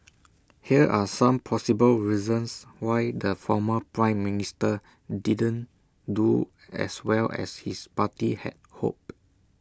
here are some possible reasons why the former Prime Minister didn't do as well as his party had hoped